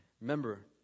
Remember